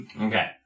Okay